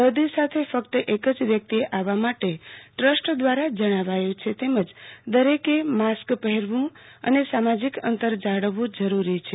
દર્દી સાથે ફક્ત એક જ વ્યક્તિએ આવવા માટે ટ્રસ્ટ દ્રારા જણાવાયુ છે તેમજ દરેકે માસ્ક પહેરવુ અને સામાજીક અંતર જાળવવુ જરૂરી છે